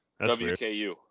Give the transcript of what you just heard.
WKU